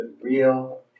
real